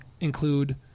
include